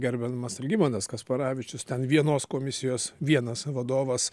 gerbiamas algimantas kasparavičius ten vienos komisijos vienas vadovas